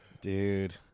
Dude